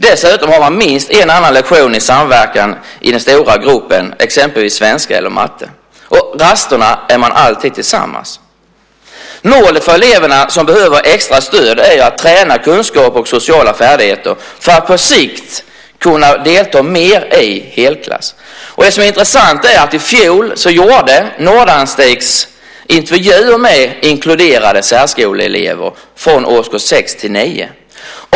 Dessutom har man minst en lektion med samverkan i den stora gruppen, exempelvis svenska eller matte. På rasterna är man alltid tillsammans. Målet för de elever som behöver extra stöd är att träna kunskap och sociala färdigheter för att på sikt kunna delta mer i helklass. Nordanstigs kommun gjorde i fjol intervjuer med elever, inkluderande särskoleelever, från årskurs 6 till 9.